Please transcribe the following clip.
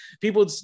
people